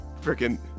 freaking